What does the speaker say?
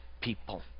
people